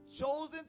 chosen